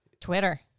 twitter